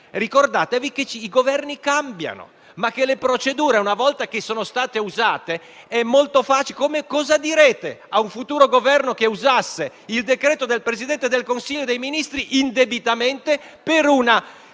ricordate però che i Governi cambiano, ma le procedure, una volta che sono state usate, è molto facile che rimangano. Cosa direte ad un futuro Governo, che usasse il decreto del Presidente del Consiglio dei ministri, indebitamente, per